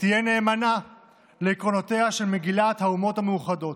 ותהיה נאמנה לעקרונותיה של מגילת האומות המאוחדות".